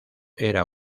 era